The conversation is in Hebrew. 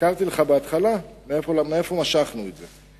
הזכרתי לך בהתחלה מאיפה משכנו את זה.